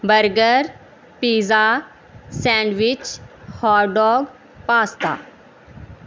burger pizza sandwich hotdog pasta